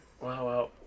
Wow